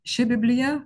ši biblija